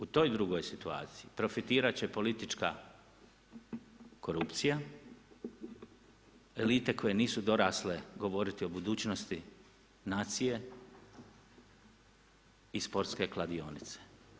U toj drugoj situaciji profitirat će politička korupcija, elite koje nisu dorasle govoriti o budućnosti nacije i sportske kladionice.